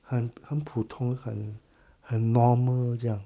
很很普通很很 normal 这样